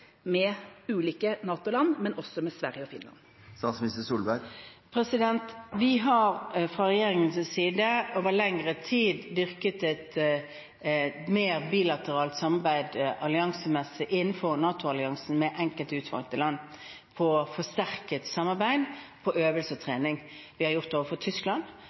med de ulike NATO-land, og også med Sverige og Finland? Vi har fra regjeringens side over lengre tid dyrket et mer bilateralt samarbeid alliansemessig innenfor NATO med enkelte utvalgte land, gjennom forsterket samarbeid og øvelse og trening. Vi har gjort det overfor Tyskland,